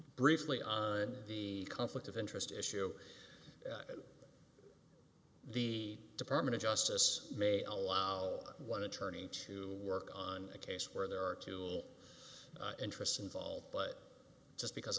briefly on the conflict of interest issue d department of justice may allow one attorney to work on a case where there are two interests involved but just because